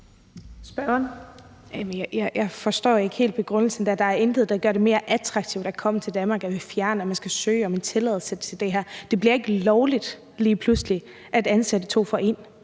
Jeg forstår ikke helt begrundelsen, da der er intet, der gør det mere attraktivt at komme til Danmark, end at vi fjerner, at man skal søge om en tilladelse til det her. Det bliver ikke lovligt lige pludselig at ansætte to for en